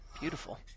Beautiful